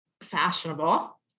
Fashionable